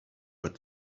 but